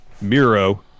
Miro